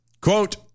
Quote